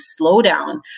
slowdown